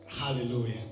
Hallelujah